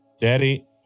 daddy